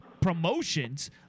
promotions